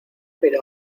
pero